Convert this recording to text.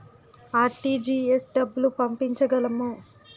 RTGS డబ్బులు పంపించగలము?